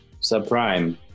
subprime